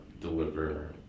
deliver